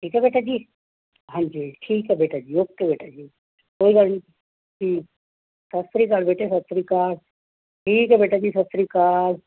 ਠੀਕ ਹੈ ਬੇਟਾ ਜੀ ਹਾਂਜੀ ਠੀਕ ਹੈ ਬੇਟਾ ਜੀ ਓਕੇ ਬੇਟਾ ਜੀ ਕੋਈ ਗੱਲ ਨਹੀਂ ਠੀਕ ਸਤਿ ਸ਼੍ਰੀ ਅਕਾਲ ਬੇਟੇ ਸਤਿ ਸ਼੍ਰੀ ਅਕਾਲ ਠੀਕ ਹੈ ਬੇਟਾ ਜੀ ਸਤਿ ਸ਼੍ਰੀ ਅਕਾਲ